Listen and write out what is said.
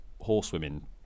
horsewomen